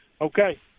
Okay